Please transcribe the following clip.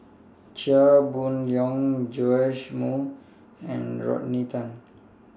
Chia Boon Leong Joash Moo and Rodney Tan